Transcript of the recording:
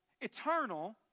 eternal